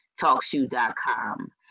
TalkShoe.com